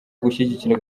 gushyigikira